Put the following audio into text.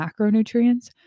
macronutrients